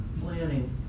planning